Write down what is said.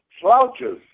slouches